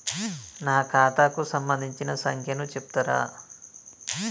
నా ఖాతా కు సంబంధించిన సంఖ్య ను చెప్తరా?